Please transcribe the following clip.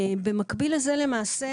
במקביל לזה, אנחנו למעשה